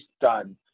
done